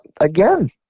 Again